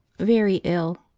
very ill,